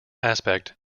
aspect